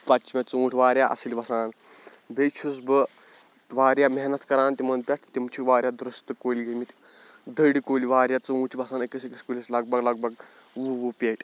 پَتہٕ چھِ مےٚ ژوٗنٛٹھۍ واریاہ اَصٕل وَسان بیٚیہِ چھُس بہٕ واریاہ محنت کران تِمن پٮ۪ٹھ تِم چھِ واریاہ دُرست کُلۍ گٔمٕتۍ دٔرۍ کُلۍ واریاہ ژوٗنٛٹھۍ چھِ وَسان أکِس أکِس کُلِس لگ بگ لگ بگ وُہ وُہ پیٹہِ